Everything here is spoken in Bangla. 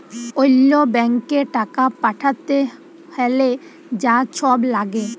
অল্য ব্যাংকে টাকা পাঠ্যাতে হ্যলে যা ছব ল্যাগে